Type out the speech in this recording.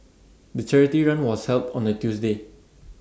the charity run was held on A Tuesday